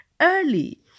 Early